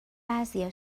بعضیا